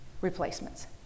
replacements